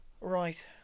Right